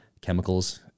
chemicals